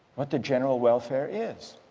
but the general welfare is?